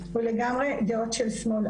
הוא לגמרי דעות של שמאל,